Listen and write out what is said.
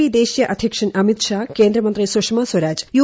P ദേശീയ അധ്യക്ഷൻ അമിത്ഷാ കേന്ദ്രമന്ത്രി സുഷമാ സ്വരാജ് യു